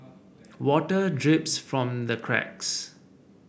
water drips from the cracks